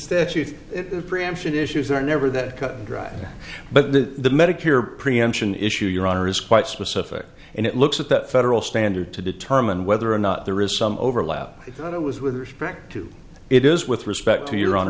statute of preemption issues are never that cut and dried but the medicare preemption issue your honor is quite specific and it looks at that federal standard to determine whether or not there is some overlap i thought it was with respect to it is with respect to your